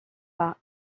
par